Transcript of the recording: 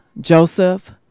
Joseph